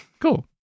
cool